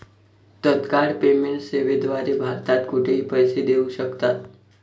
तत्काळ पेमेंट सेवेद्वारे भारतात कुठेही पैसे देऊ शकतात